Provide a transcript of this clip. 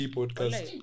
podcast